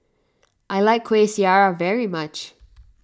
I like Kueh Syara very much